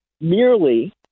merely